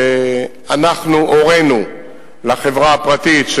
הורינו לחברה הפרטית,